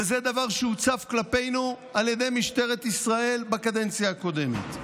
וזה דבר שהוצף כלפינו על ידי משטרת ישראל בקדנציה הקודמת.